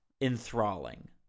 enthralling